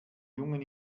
jungen